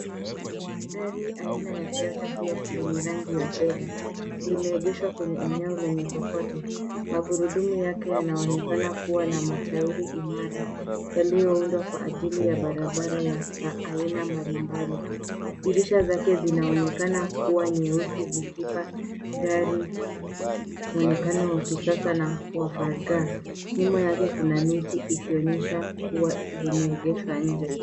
Gari aina ya Toyota Heiser lenye rangi ya fedha, limeegeshwa kwenye eneo lenye kokoto. Magurudumu yake yanaonekana kuwa na matairi imara yaliyoundwa kwa ajili ya barabara za aina mbalimbali. Dirisha zake zinaoonekana kuwa nyeusi zikipa gari mwonekano wa kisasa na wafaraghani. Nyuma yake kuna miti ikionyesha kuwa limeegeshwa nje.